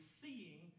seeing